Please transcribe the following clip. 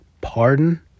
Pardon